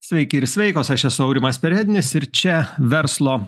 sveiki ir sveikos aš esu aurimas perednis ir čia verslo